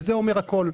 וזה אומר הכול.